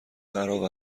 خراب